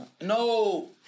No